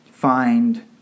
Find